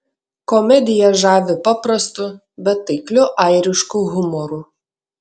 komedija žavi paprastu bet taikliu airišku humoru